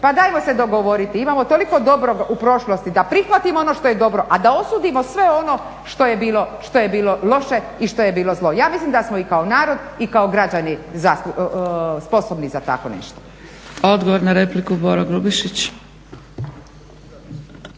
Pa dajmo se dogovoriti. Imamo toliko dobrog u prošlosti da prihvatimo ono što je dobro, a da osudimo sve ono što je bilo loše i što je bilo zlo. Ja mislim da smo i kao narod i kao građani sposobni za tako nešto. **Zgrebec, Dragica